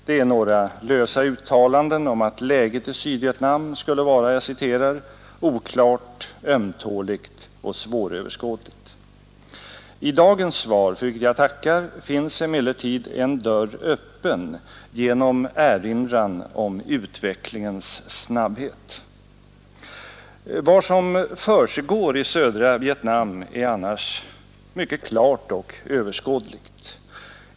Det är några lösa uttalanden om att läget i Sydvietnam skulle vara ”oklart, ömtåligt och svåröverskådligt”. I dagens svar, för vilket jag tackar, finns emellertid en dörr öppen genom erinran om utvecklingens snabbhet. Vad som försiggår i södra Vietnam är annars mycket klart och överskådligt.